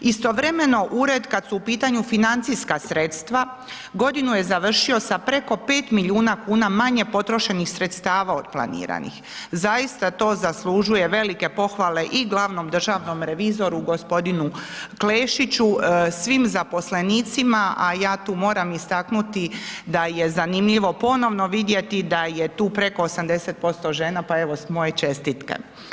Istovremeno ured kad su u pitanju financijska sredstva godinu je završio sa preko 5 milijuna kuna manje potrošenih sredstava od planiranih, zaista to zaslužuje velike pohvale i glavnom državnom revizoru gospodinu Klešiću, svim zaposlenicima, a ja tu moram istaknuti da je zanimljivo ponovno vidjeti da je tu preko 80% žena, pa evo moje čestitke.